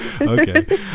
Okay